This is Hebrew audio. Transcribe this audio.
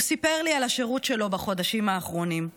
הוא סיפר לי על השירות שלו בחודשים האחרונים.